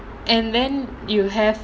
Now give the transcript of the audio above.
and then you have